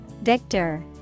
Victor